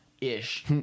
ish